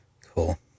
cool